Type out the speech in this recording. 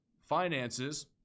Finances